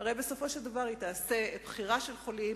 הרי בסופו של דבר היא תעשה בחירה של חולים,